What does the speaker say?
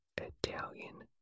Italian